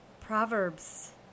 Proverbs